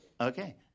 Okay